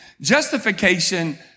Justification